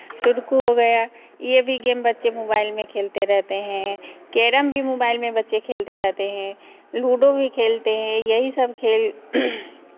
sudoku हो गया ये भी गेम बच्चे मोबाइल में खेलते रहते हैं कैरम भी मोबाइल में बच्चे खेलते रहते हैं लूडो भी खेलते हैं यही सब खेल